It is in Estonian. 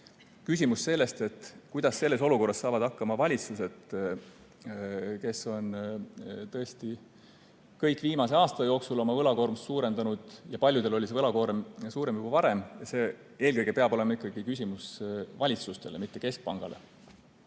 Küsimus, kuidas selles olukorras saavad hakkama valitsused, kes on tõesti kõik viimase aasta jooksul oma võlakoormat suurendanud, ja paljudel oli võlakoorem suurem juba varem, see eelkõige peab olema ikkagi küsimus valitsustele, mitte keskpangale.